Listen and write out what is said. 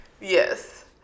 Yes